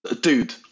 Dude